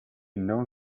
known